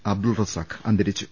അബ്ദുൾ റസാഖ് അന്തരിച്ചു